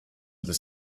this